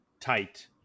tight